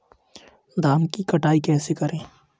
धान की कटाई कैसे करें?